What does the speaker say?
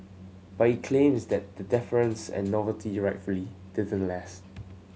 but he claims that the deference and novelty rightfully didn't last